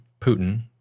Putin